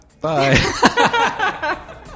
Bye